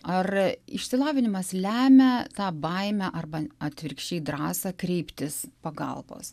ar išsilavinimas lemia tą baimę arba atvirkščiai drąsą kreiptis pagalbos